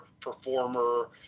performer